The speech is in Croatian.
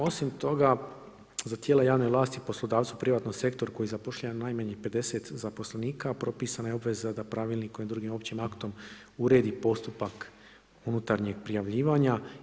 Osim toga, za tijela javne vlasti, poslodavcu privatni sektor koji zapošljava najmanje 50 zaposlenika, a propisana je obveza da pravilnikom ili drugim općim aktom uredi postupak unutarnjeg prijavljivanja.